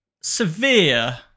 severe